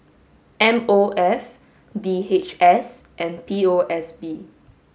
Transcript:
M O F D H S and P O S B